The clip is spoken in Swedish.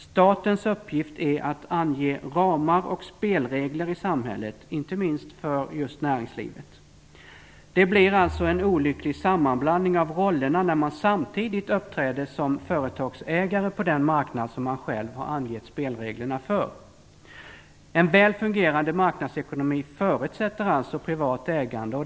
Statens uppgift är att ange ramar och spelregler i samhället, inte minst för näringslivet. Det blir en olycklig sammanblandning av rollerna när man samtidigt uppträder som företagsägare på den marknad som man själv har angett spelreglerna för. En väl fungerande marknadsekonomi förutsätter privat ägande.